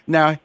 Now